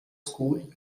school